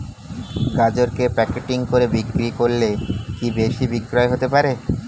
গাজরকে প্যাকেটিং করে বিক্রি করলে কি বেশি বিক্রি হতে পারে?